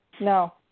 no